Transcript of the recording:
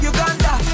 Uganda